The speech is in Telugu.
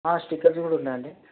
స్టికర్స్ కూడా ఉన్నాయండి